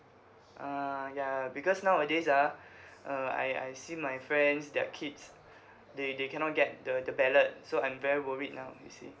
uh ya because nowadays ah uh I I see my friends their kids they they cannot get the the ballot so I'm very worried now you see